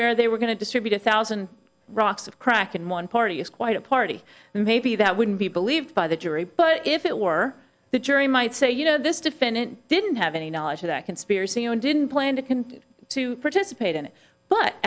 where they were going to distribute a thousand rocks of crack in one party it's quite a party and maybe that wouldn't be believed by the jury but if it were the jury might say you know this defendant didn't have any knowledge of that conspiracy and didn't plan to continue to participate in it but